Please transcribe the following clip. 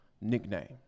nickname